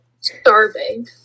Starving